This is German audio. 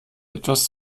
etwas